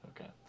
Okay